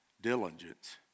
diligence